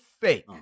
fake